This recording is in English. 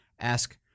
ask